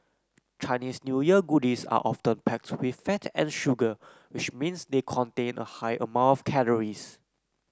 Chinese New Year goodies are often packed with fat and sugar which means they contain a high amount of calories